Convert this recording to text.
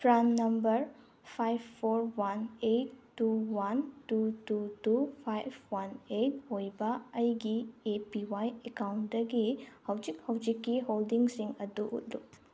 PRAN number five four one eight two one two two two five one eight ꯑꯣꯏꯕ ꯑꯩꯒꯤ A P Y ꯑꯦꯀꯥꯎꯟꯇꯒꯤ ꯍꯧꯖꯤꯛ ꯍꯧꯖꯤꯛꯀꯤ ꯍꯣꯜꯗꯤꯡꯁꯤꯡ ꯑꯗꯨ ꯎꯠꯂꯨ